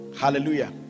hallelujah